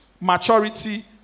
Maturity